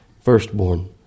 firstborn